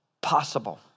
possible